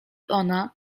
ona